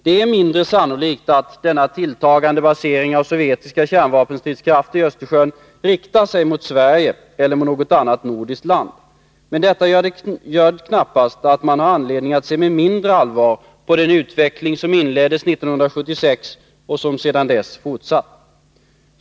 Det är mindre sannolikt att denna tilltagande basering av sovjetiska kärnvapenstridskrafter i Östersjön riktar sig mot Sverige eller mot något annat nordiskt land, men detta gör knappast att man har anledning att se med mindre allvar på den utveckling som inleddes 1976 och som sedan dess fortsatt.